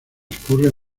transcurre